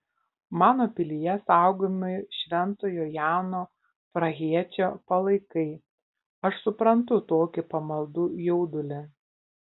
mano pilyje saugomi šventojo jano prahiečio palaikai aš suprantu tokį pamaldų jaudulį